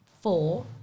four